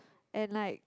and like